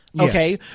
Okay